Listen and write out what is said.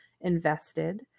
invested